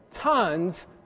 tons